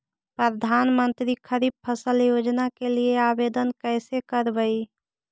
प्रधानमंत्री खारिफ फ़सल योजना के लिए आवेदन कैसे करबइ?